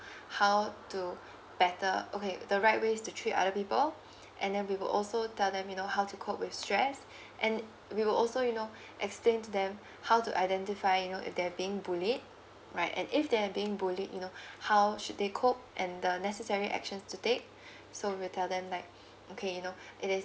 how to better okay the right ways to treat other people and then we will also tell them you know how to cope with stress and we will also you know explain to them how to identify you know if they're being bullied right and if they are being bullied you know how should they cope and the necessary actions to take so we'll tell them like okay you know it is